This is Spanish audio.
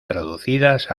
traducidas